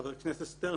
חבר הכנסת שטרן,